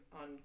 on